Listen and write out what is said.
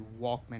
Walkman